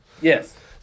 Yes